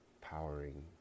powering